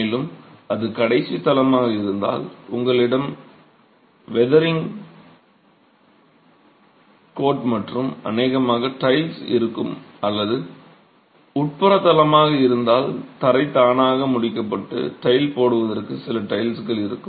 மேலும் அது கடைசித் தளமாக இருந்தால் உங்களிடம் வெதர்ரிங் கோட் மற்றும் அநேகமாக டைல்ஸ் இருக்கும் அல்லது உட்புறத் தளமாக இருந்தால் தரை தானாக முடிக்கப்பட்டு டைல் போடுவதற்காக சில டைல்ஸ்கள் இருக்கும்